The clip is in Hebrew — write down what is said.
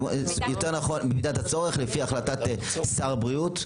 במידת הצורך לפי החלטת שר הבריאות,